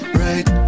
right